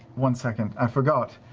one second. i forgot,